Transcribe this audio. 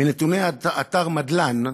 מנתוני אתר "מדלן"